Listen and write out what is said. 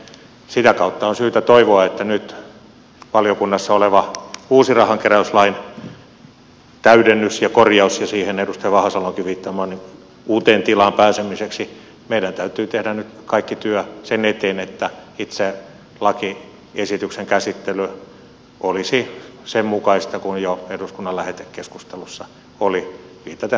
sitä kautta on syytä toivoa että nyt valiokunnassa olevaan uuteen rahankeräyslain täydennykseen ja korjaukseen ja siihen edustaja vahasalonkin viittamaan uuteen tilaan pääsemiseksi meidän täytyy tehdä nyt kaikki työ sen eteen että itse lakiesityksen käsittely olisi sen mukaista kuin jo eduskunnan lähetekeskustelussa oli viitaten rahankeräyslain sisältöön